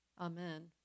Amen